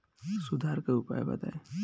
सुधार के उपाय बताई?